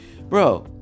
bro